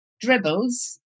dribbles